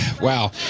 Wow